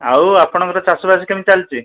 ଆଉ ଆପଣଙ୍କର ଚାଷବାସ କେମିତି ଚାଲିଛି